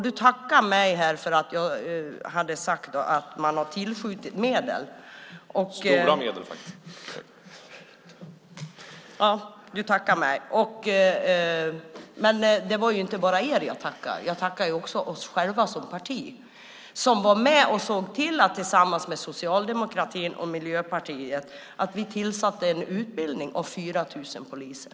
Du tackar mig här för att jag har sagt att man har tillskjutit medel. Men det var ju inte bara er jag tackade. Jag tackade också oss själva som parti som var med och såg till att tillsammans med socialdemokratin och Miljöpartiet tillsätta en utbildning av 4 000 poliser.